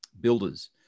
builders